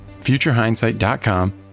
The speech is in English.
futurehindsight.com